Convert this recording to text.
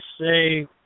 say